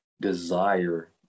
desire